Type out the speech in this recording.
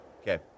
Okay